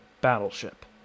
battleship